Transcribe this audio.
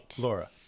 Laura